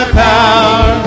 power